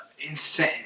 insane